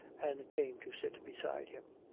and came to sit beside him.